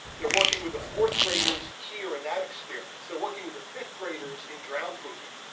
they're working with the fourth graders here in that experience, they're working with the fifth graders in drown proofing.